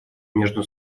между